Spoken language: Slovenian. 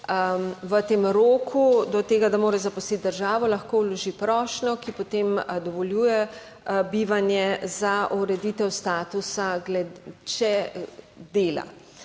v tem roku do tega, da mora zaprositi državo, lahko vloži prošnjo, ki potem dovoljuje bivanje za ureditev statusa če dela.